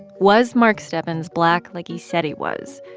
was mark stebbins black like he said he was?